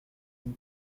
une